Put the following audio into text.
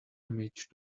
image